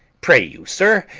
pray you, sir,